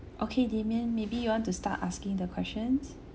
okay damien maybe you want to start asking the questions